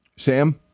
sam